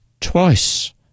Twice